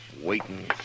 Waiting